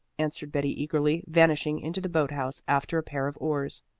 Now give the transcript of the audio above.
answered betty eagerly, vanishing into the boat-house after a pair of oars.